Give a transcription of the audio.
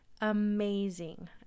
amazing